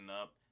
up